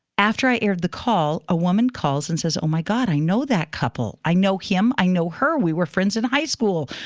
after i aired the call, a woman calls and says, oh, my god, i know that couple. i know him. i know her. we were friends in high school.